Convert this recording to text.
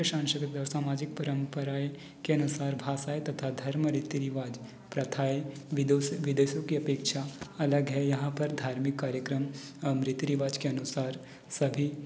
मुख्य संसाधित व्यवस्था एवं सामाजिक परम्पराएं के अनुसार भाषाए तथा धर्म रीति रिवाज प्रथायें विदेशों के अपेक्षा अलग है यहाँ पर धार्मिक कार्यक्रम रीति रिवाज के अनुसार सभी